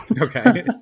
Okay